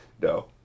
No